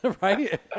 Right